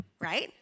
right